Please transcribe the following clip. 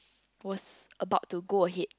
was about to go ahead